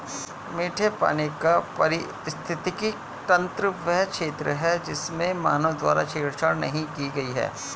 मीठे पानी का पारिस्थितिकी तंत्र वह क्षेत्र है जिसमें मानव द्वारा छेड़छाड़ नहीं की गई है